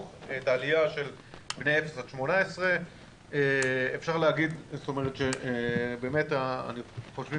יש עלייה של בני אפס עד 18. אין לנו ספק